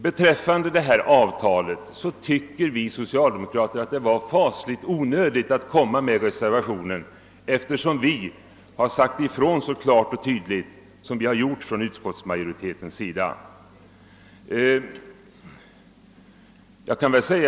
Beträffande avtalet kan sägas att vi socialdemokrater tycker att det var onödigt att komma med reservationen, eftersom utskottsmajoriteten så klart och tydligt uttalat sig.